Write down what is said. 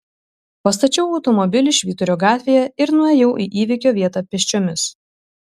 pastačiau automobilį švyturio gatvėje ir nuėjau į įvykio vietą pėsčiomis